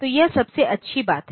तो यह सबसे अच्छी बात है